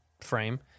frame